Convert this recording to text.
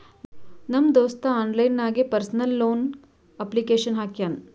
ನಮ್ ದೋಸ್ತ ಆನ್ಲೈನ್ ನಾಗೆ ಪರ್ಸನಲ್ ಲೋನ್ಗ್ ಅಪ್ಲಿಕೇಶನ್ ಹಾಕ್ಯಾನ್